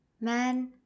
Man